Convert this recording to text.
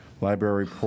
Library